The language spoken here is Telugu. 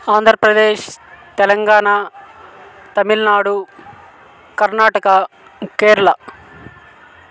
ఆంధ్రప్రదేశ్ తెలంగాణ తమిళనాడు కర్ణాటక కేరళ